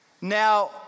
Now